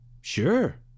Sure